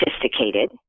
sophisticated